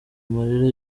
amarira